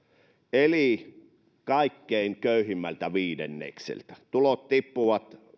eli kaikkein köyhimmältä viidennekseltä tulot tippuvat